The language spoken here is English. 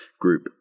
group